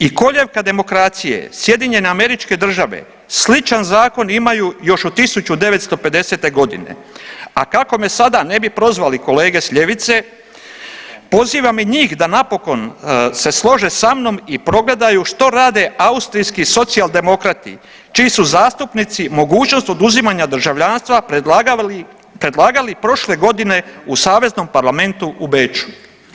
I kolijevka demokracije, SAD, sličan zakon imaju još od 1950. g., a kako me sada ne bi prozvali kolege s ljevice, pozivam i njih da napokon se slože sa mnom i progledaju što rade austrijski socijaldemokrati čiji su zastupnici mogućnost oduzimanja državljanstva predlagali prošle godine u saveznom parlamentu u Beču.